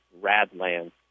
Radland